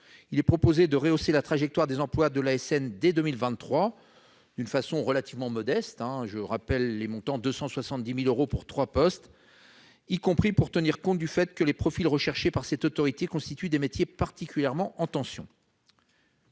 il est proposé de rehausser la trajectoire des emplois de l'ASN dès 2023, de façon relativement modeste- 270 000 euros pour trois postes -, y compris pour tenir compte du fait que les profils recherchés par l'Autorité constituent des métiers particulièrement en tension.